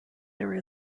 there